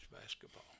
basketball